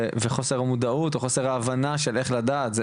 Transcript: וחוסר מודעות או חוסר הבנה של איך לדעת,